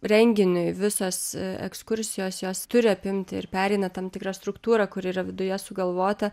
renginiui visos ekskursijos jos turi apimti ir pereina tam tikrą struktūrą kuri yra viduje sugalvota